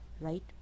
right